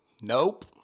nope